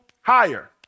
higher